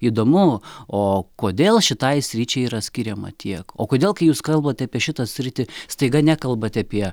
įdomu o kodėl šitai sričiai yra skiriama tiek o kodėl kai jūs kalbat apie šitą sritį staiga nekalbat apie